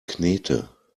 knete